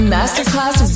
Masterclass